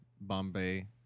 Bombay